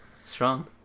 Strong